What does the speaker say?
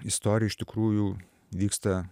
istorija iš tikrųjų vyksta